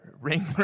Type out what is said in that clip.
Ring